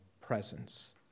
presence